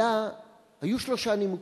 היו שלושה נימוקים: